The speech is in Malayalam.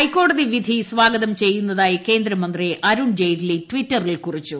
ഹൈക്കോടതി വിധി സ്വാഗതം ചെയ്യുന്നതായി കേന്ദ്രമന്ത്രി അരുൺ ജെയ്റ്റ്ലി ട്വിറ്ററിൽ കുറിച്ചു